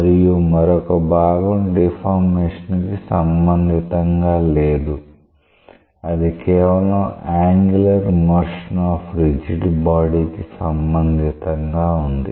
మరియు మరొక భాగం డిఫార్మేషన్ కి సంబంధితంగా లేదు అది కేవలం angular motion of rigid body కి సంబంధితంగా ఉంది